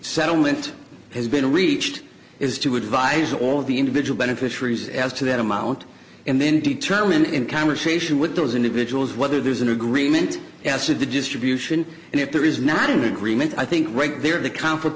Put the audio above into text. settlement has been reached is to advise all of the individual beneficiaries as to that amount and then determine in conversation with those individuals whether there's an agreement as to the distribution and if there is not in agreement i think right there the